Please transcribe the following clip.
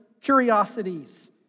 curiosities